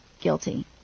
guilty